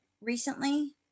recently